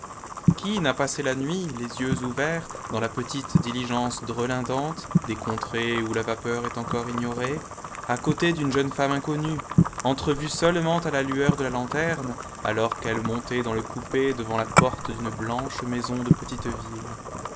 qui n'a passé la nuit les yeux ouverts dans la petite diligence drelindante des contrées où la vapeur est encore ignorée à côté d'une jeune femme inconnue entrevue seulement à la lueur de la lanterne alors qu'elle montait dans le coupé devant la porte d'une blanche maison de petite ville